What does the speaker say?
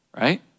right